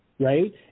Right